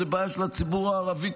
זה בעיה של הציבור הערבי,